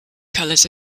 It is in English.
colors